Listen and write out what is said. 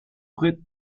prête